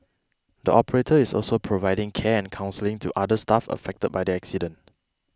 the operator is also providing care and counselling to other staff affected by the accident